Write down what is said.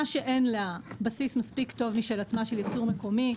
מדינה שאין לה בסיס מספיק טוב משל עצמה של ייצור מקומי,